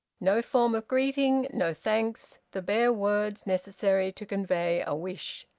no form of greeting! no thanks! the bare words necessary to convey a wish!